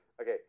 Okay